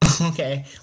Okay